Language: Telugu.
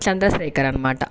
చంద్రశేఖర్ అనమాట